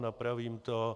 Napravím to.